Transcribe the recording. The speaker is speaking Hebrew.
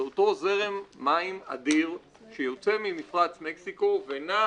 זה אותו זרם מים אדיר שיוצא ממפרץ מקסיקו ונע